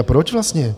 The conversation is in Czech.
A proč vlastně?